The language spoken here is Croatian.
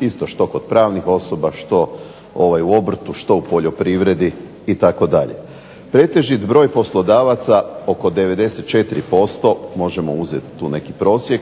isto što kod pravnih osoba, što u obrtu, što u poljoprivredi itd. Pretežit broj poslodavaca, oko 94% možemo uzeti tu neki prosjek,